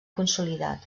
consolidat